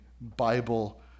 Bible